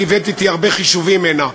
אני הבאתי אתי הרבה חישובים הנה,